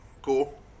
Cool